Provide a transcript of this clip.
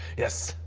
yes.